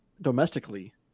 domestically